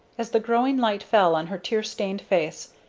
as the growing light fell on her tear-stained face,